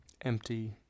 Empty